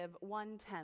one-tenth